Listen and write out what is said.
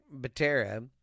Batera